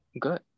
Good